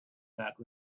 that